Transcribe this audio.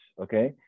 okay